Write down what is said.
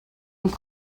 and